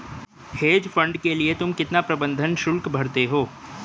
Hedge fund के लिए तुम कितना प्रबंधन शुल्क भरते हो?